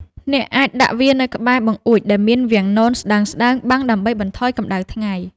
អ្នកអាចដាក់វានៅក្បែរបង្អួចដែលមានវាំងននស្តើងៗបាំង ដើម្បីបន្ថយកម្ដៅថ្ងៃ។